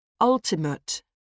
ultimate